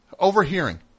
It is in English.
Overhearing